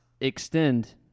extend